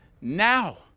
now